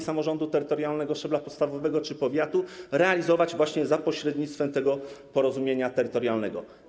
samorządu terytorialnego szczebla podstawowego czy powiatu realizować właśnie za pośrednictwem tego porozumienia terytorialnego.